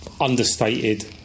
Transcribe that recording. understated